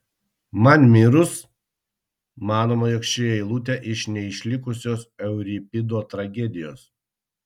man mirus manoma jog ši eilutė iš neišlikusios euripido tragedijos